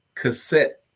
cassette